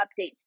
updates